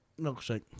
milkshake